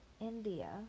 India